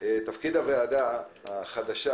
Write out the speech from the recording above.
תפקיד הוועדה החדשה,